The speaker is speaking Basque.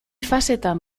fasetan